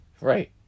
Right